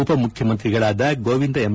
ಉಪಮುಖ್ಯಮಂತ್ರಿಗಳಾದ Govinda M